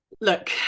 Look